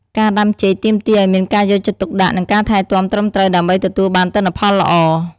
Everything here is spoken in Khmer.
ការដាំចេកទាមទារឱ្យមានការយកចិត្តទុកដាក់ និងការថែទាំត្រឹមត្រូវដើម្បីទទួលបានទិន្នផលល្អ។